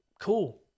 Cool